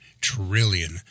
trillion